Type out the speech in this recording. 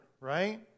right